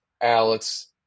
Alex